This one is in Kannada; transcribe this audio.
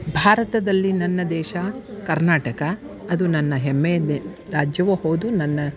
ಭಾರತದಲ್ಲಿ ನನ್ನ ದೇಶ ಕರ್ನಾಟಕ ಅದು ನನ್ನ ಹೆಮ್ಮೆ ರಾಜ್ಯವು ಹೌದು ನನ್ನ